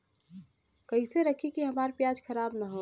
कइसे रखी कि हमार प्याज खराब न हो?